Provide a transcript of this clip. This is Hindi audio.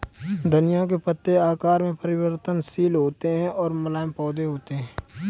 धनिया के पत्ते आकार में परिवर्तनशील होते हैं और मुलायम पौधे होते हैं